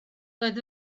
doedd